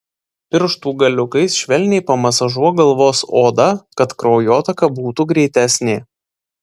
pirštų galiukais švelniai pamasažuok galvos odą kad kraujotaka būtų greitesnė